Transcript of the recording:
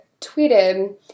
tweeted